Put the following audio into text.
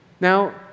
Now